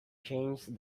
changed